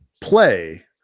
play